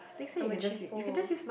I'm a cheapo